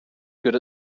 good